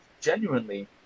genuinely